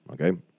Okay